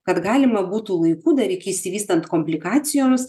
kad galima būtų laiku dar iki išsivystant komplikacijoms